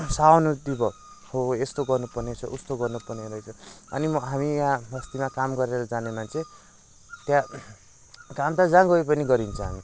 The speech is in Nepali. सहानुभूति भयो हो यस्तो गर्नु पर्ने रहेछ उस्तो गर्नु पर्ने रहेछ अनि हामी यहाँ बस्तिमा काम गरेर जाने मान्छे त्यहाँ काम त जहाँ गए पनि गरिन्छ हामी अन्त